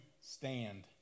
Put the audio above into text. stand